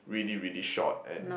really really short and